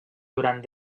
durant